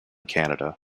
canada